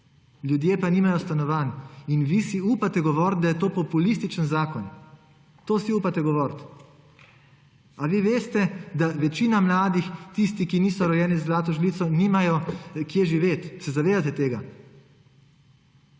Ljudje pa nimajo stanovanj. In vi si upate govoriti, da je to populističen zakon. To si upate govoriti! A vi veste, da večina mladih, tisti, ki niso rojeni z zlato žlico, nimajo kje živeti? Se zavedate tega?